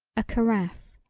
a carafe,